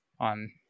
on